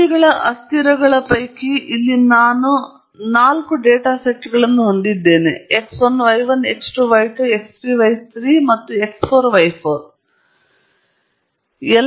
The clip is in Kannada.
ಜೋಡಿಗಳ ಅಸ್ಥಿರಗಳ ಪೈಕಿ ನಾನು ಇಲ್ಲಿ ನಾಲ್ಕು ಡೇಟಾ ಸೆಟ್ಗಳನ್ನು ಹೊಂದಿದ್ದೇನೆ x 1 y 1 x 2 y 2 x 3 y 3 ಮತ್ತು x 4 y 4 ಎಂದು ಯೋಚಿಸುತ್ತಾರೆ